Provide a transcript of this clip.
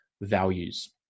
values